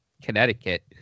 connecticut